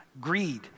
greed